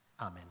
Amen